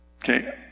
Okay